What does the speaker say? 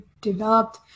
developed